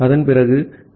அதன்பிறகு டி